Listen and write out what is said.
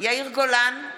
יאיר גולן,